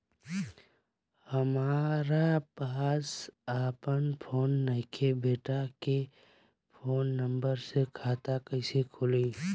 हमरा पास आपन फोन नईखे बेटा के फोन नंबर से खाता कइसे खुली?